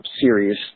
series